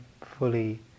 fully